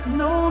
no